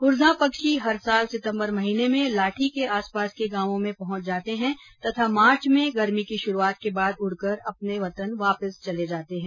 कुरजां पक्षी हर साल सितम्बर महीने में लाठी के आसपास के गांवों में पहुंच जाते हैं तथा मार्च में गर्मी की शुरुआत के बाद उड़कर अपने वतन वापस चले जाते है